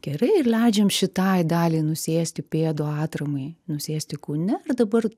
gerai ir leidžiam šitai daliai nusėsti pėdų atramai nusėsti kūne ir dabar